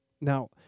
Now